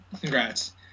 Congrats